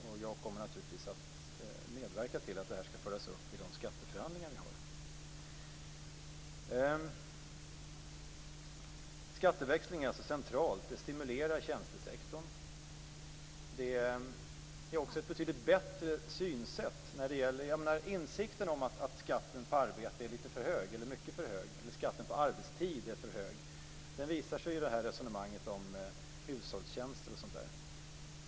Jag kommer naturligtvis att medverka till att detta skall föras upp i de skatteförhandlingar vi har. Skatteväxling är alltså centralt. Det stimulerar tjänstesektorn. Insikten om att skatten på arbetstid är för hög visar sig i resonemanget om hushållstjänster.